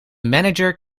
manager